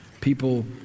People